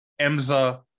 Emza